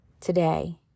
today